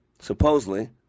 supposedly